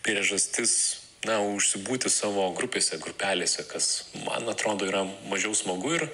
priežastis na užsibūti savo grupėse grupelėse kas man atrodo yra mažiau smagu ir